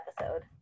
episode